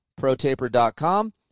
protaper.com